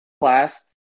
class